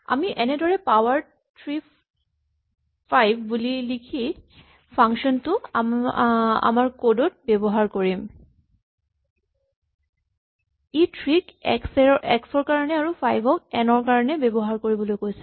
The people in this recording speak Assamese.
আমি এনেদৰে পাৱাৰ থ্ৰী ফাইভ বুলি লিখি ফাংচন টো আমাৰ কড ত ব্যৱহাৰ কৰিম ই থ্ৰী ক এক্স ৰ কাৰণে আৰু ফাইভ ক এন ৰ কাৰণে ব্যৱহাৰ কৰিবলৈ কৈছে